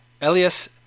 elias